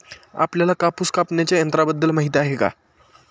आपल्याला कापूस कापण्याच्या यंत्राबद्दल माहीती आहे का?